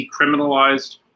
decriminalized